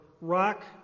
rock